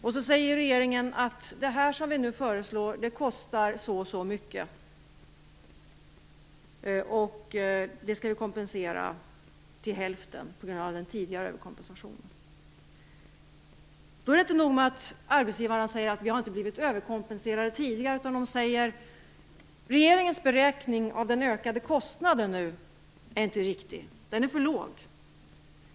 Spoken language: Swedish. Vidare säger regeringen att det som nu föreslås kostar si och så mycket, vilket skall kompenseras till hälften på grund av den tidigare kompensationen. Det är inte nog med arbetsgivarna säger att de inte har blivit överkompenserade tidigare, utan de säger att regeringens beräkning av den ökade kostnaden inte stämmer utan är för låg.